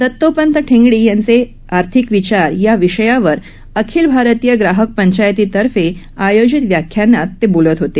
दत्तोपंत ठेंगडी यांचे आर्थिक विचार या विषयावर अखिल भारतीय प्राहक पंचायतीतर्फे आयोजित व्याख्यानात ते बोलत होते